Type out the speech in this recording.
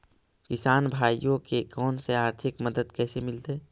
किसान भाइयोके कोन से आर्थिक मदत कैसे मीलतय?